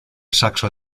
saxo